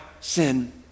sin